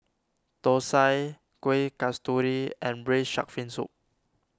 Thosai Kuih Kasturi and Braised Shark Fin Soup